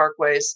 parkways